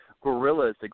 gorillas